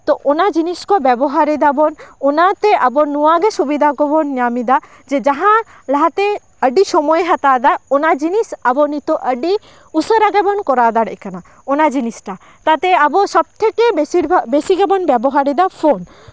ᱛᱚ ᱚᱱᱟ ᱡᱤᱱᱤᱥ ᱠᱚ ᱵᱮᱵᱚᱦᱟᱨ ᱮᱫᱟᱵᱚᱱ ᱚᱱᱟᱛᱮ ᱟᱵᱚ ᱱᱚᱣᱟᱜᱮ ᱥᱩᱵᱤᱫᱷᱟ ᱠᱚᱵᱚᱱ ᱧᱟᱢ ᱮᱫᱟ ᱡᱮ ᱡᱟᱦᱟᱸ ᱞᱟᱦᱟᱛᱮ ᱟᱹᱰᱤ ᱥᱚᱢᱚᱭ ᱦᱟᱛᱟᱣ ᱫᱟ ᱚᱱᱟ ᱡᱤᱱᱤᱥ ᱟᱵᱚ ᱱᱤᱛᱚᱜ ᱟᱹᱰᱤ ᱩᱥᱟᱹᱨᱟ ᱜᱮᱵᱚᱱ ᱠᱚᱨᱟᱣ ᱫᱟᱲᱮᱭᱟᱜ ᱠᱟᱱᱟ ᱚᱱᱟ ᱡᱤᱱᱤᱥᱴᱟ ᱛᱟᱛᱮ ᱟᱵᱚ ᱥᱚᱵ ᱛᱷᱮᱠᱮ ᱵᱮᱥᱤᱨ ᱵᱷᱟᱜ ᱵᱮᱥᱤ ᱜᱮᱵᱚᱱ ᱵᱮᱵᱚᱦᱟᱨᱮᱫᱟ ᱯᱷᱳᱱ